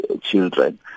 children